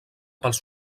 pels